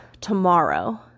tomorrow